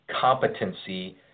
competency